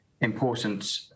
important